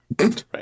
Right